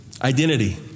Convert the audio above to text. identity